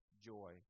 joy